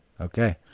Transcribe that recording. Okay